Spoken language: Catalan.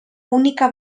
única